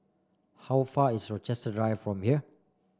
how far is Rochester Drive from here